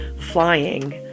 flying